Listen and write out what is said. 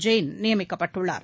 ஜெயின் நியமிக்கப்பட்டுள்ளார்